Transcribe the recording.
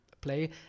play